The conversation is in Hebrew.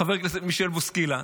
חבר הכנסת מישל בוסקילה,